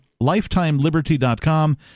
LifetimeLiberty.com